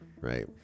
right